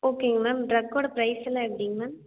ஓகேங்க மேம் டிரக்கோட ப்ரைசெல்லாம் எப்டிங்க மேம்